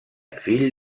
fill